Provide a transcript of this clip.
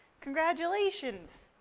Congratulations